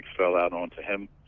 fell out onto him,